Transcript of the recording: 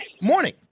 Morning